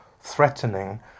threatening